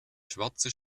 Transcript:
schwarze